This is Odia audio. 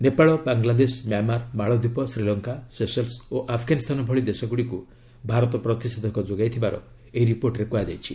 ନେପାଳ ବାଙ୍ଗଲାଦେଶ ମ୍ୟାମାର୍ ମାଳଦ୍ୱୀପ ଶ୍ରୀଲଙ୍କା ସେସେଲ୍ସ ଓ ଆଫ୍ଗାନିସ୍ତାନ ଭଳି ଦେଶଗୁଡ଼ିକୁ ଭାରତ ପ୍ରତିଷେଧକ ଯୋଗାଇଥିବାର ଏହି ରିପୋର୍ଟରେ କୁହାଯାଇଛି